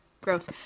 Gross